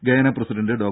Guyana president Dr